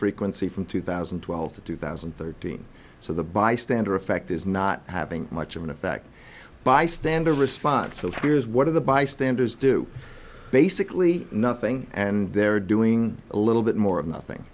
frequency from two thousand and twelve to two thousand and thirteen so the bystander effect is not having much of an effect bystander response so here's one of the bystanders do basically nothing and they're doing a little bit more of the thing